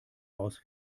aus